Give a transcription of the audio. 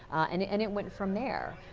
and it and it went from there.